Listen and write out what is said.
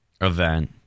event